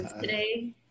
today